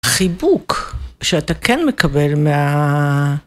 חיבוק כשאתה כן מקבל מה…